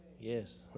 Yes